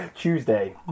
Tuesday